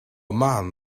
man